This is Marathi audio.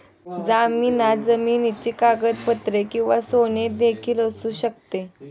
जामिनात जमिनीची कागदपत्रे किंवा सोने देखील असू शकते